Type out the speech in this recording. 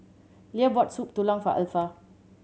Leah bought Soup Tulang for Alpha